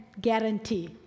guarantee